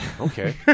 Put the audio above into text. Okay